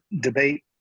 debate